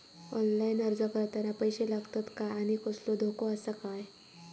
Online अर्ज करताना पैशे लागतत काय आनी कसलो धोको आसा काय?